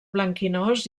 blanquinós